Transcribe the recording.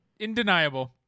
Indeniable